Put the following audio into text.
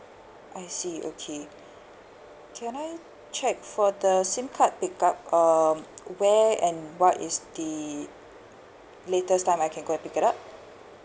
I see okay can I check for the SIM card pick up um where and what is the latest time I can go and pick it up